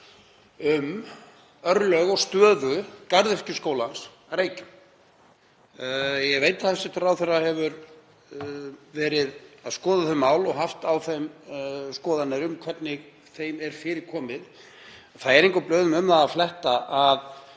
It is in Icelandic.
um örlög og stöðu Garðyrkjuskólans á Reykjum. Ég veit að hæstv. ráðherra hefur verið að skoða þau mál og haft skoðanir á því hvernig þeim er fyrir komið. Það er engum blöðum um það að fletta að